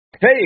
Hey